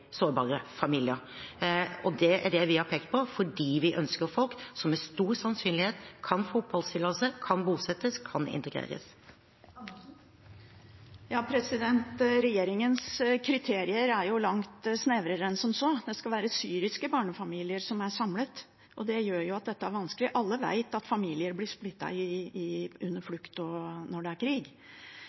det vi har pekt på, fordi vi ønsker folk som med stor sannsynlig kan få oppholdstillatelse, kan bosettes, kan integreres. Det blir oppfølgingsspørsmål – først Karin Andersen. Regjeringens kriterier er langt snevrere enn som så. Det skal være syriske barnefamilier som er samlet, og det gjør jo at dette er vanskelig. Alle vet at familier blir splittet under flukt og når det er krig.